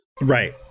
right